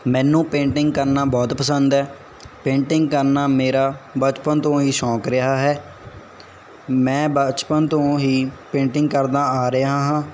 ਮੈਨੂੰ ਪੇਂਟਿੰਗ ਕਰਨਾ ਬਹੁਤ ਪਸੰਦ ਹੈ ਪੇਂਟਿੰਗ ਕਰਨਾ ਮੇਰਾ ਬਚਪਨ ਤੋਂ ਹੀ ਸ਼ੌਂਕ ਰਿਹਾ ਹੈ ਮੈਂ ਬਚਪਨ ਤੋਂ ਹੀ ਪੇਂਟਿੰਗ ਕਰਦਾ ਆ ਰਿਹਾ ਹਾਂ